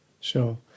Sure